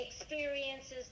experiences